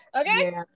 Okay